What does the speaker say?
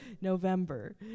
November